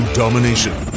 domination